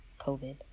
COVID